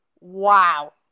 Wow